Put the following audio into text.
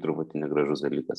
truputį negražus dalykas